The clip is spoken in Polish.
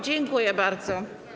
Dziękuję bardzo.